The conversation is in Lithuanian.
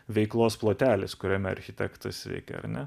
veiklos plotelis kuriame architektas veikia ar ne